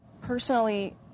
Personally